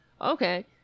okay